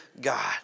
God